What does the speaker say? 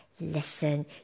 Listen